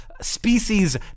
species